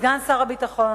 לסגן שר הביטחון,